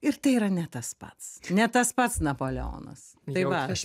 ir tai yra ne tas pats ne tas pats napoleonas tai va aš